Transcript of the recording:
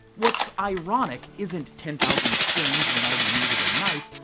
what's ironic isn't ten thousand spoons when all you need is at knife.